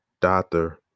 doctor